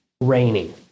raining